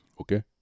Okay